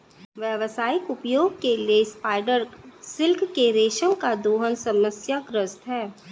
व्यावसायिक उपयोग के लिए स्पाइडर सिल्क के रेशम का दोहन समस्याग्रस्त है